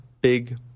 big